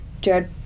Jared